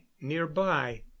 nearby